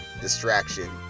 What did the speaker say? distraction